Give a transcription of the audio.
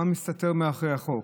מה מסתתר מאחורי החוק.